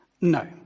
no